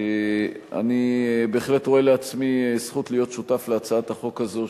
אני בהחלט רואה לעצמי זכות להיות שותף להצעת החוק הזאת,